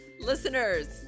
Listeners